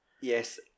Yes